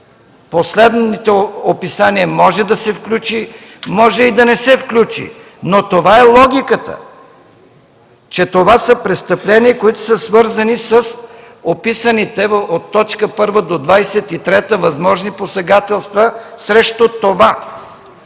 Последното описание може да се включи, може и да не се включи, но това е логиката, че това са престъпления, които са свързани с описаните от т. 1 до т. 23 възможни посегателства срещу това,